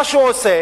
מה שהוא עושה,